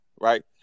right